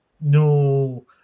no